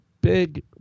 big